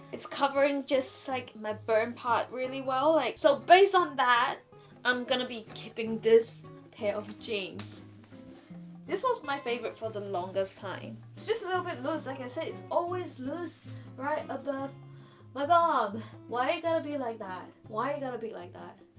it's covering just like my burn pot really. well like so based on that i'm gonna be keeping this pair of jeans this was my favorite for the longest time it's just a little bit looks like i say it's always loose right above my bob why you gotta be like that why you gotta be like that?